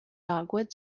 dogwood